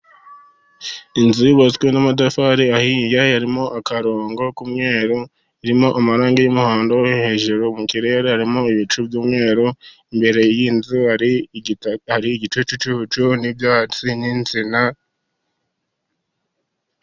Inzu yubatswe n'amatafari ahiye, harimo akarongo k'umweru, irimo amarangi y'umuhondo, hejuru mu kirere harimo ibicu by'umweru, imbere y'inzu hariho igicucucu, n'ibyatsi n'insina.